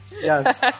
Yes